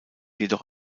jedoch